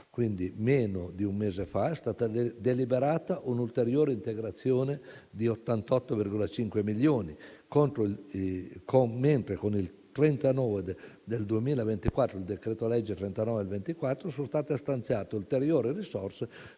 (quindi meno di un mese fa) è stata deliberata un'ulteriore integrazione di 88,5 milioni, mentre il decreto-legge n. 39 del 2024 ha stanziato ulteriori risorse